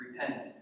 Repent